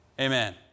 Amen